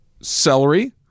celery